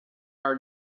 are